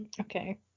okay